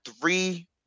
three